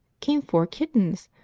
came four kittens,